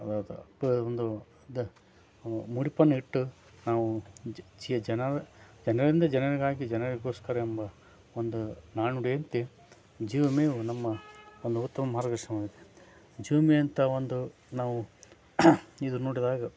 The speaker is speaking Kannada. ತ ಪ ಒಂದು ದ ಮುಡಿಪನ್ನು ಇಟ್ಟು ನಾವು ಜನರ ಜನರಿಂದ ಜನರಿಗಾಗಿ ಜನರಿಗೋಸ್ಕರ ಎಂಬ ಒಂದು ನಾಣ್ಣುಡಿ ಅಂತೆ ಜೀವ ವಿಮೆಯು ನಮ್ಮ ಒಂದು ಉತ್ತಮ ಮಾರ್ಗದರ್ಶನವಾಗಿದೆ ಜೀವ ವಿಮೆ ಅಂತ ಒಂದು ನಾವು ಇದು ನೋಡಿದಾಗ